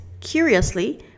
curiously